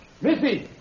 Missy